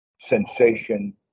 sensation